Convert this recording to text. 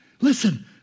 Listen